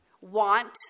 want